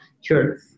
Sure